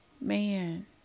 man